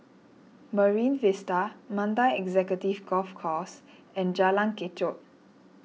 Marine Vista Mandai Executive Golf Course and Jalan Kechot